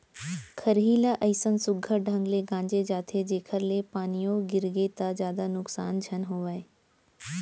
खरही ल अइसन सुग्घर ढंग ले गांजे जाथे जेकर ले पानियो गिरगे त जादा नुकसान झन होवय